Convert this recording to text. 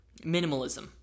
Minimalism